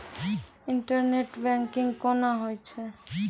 Internet banking कोना होय छै?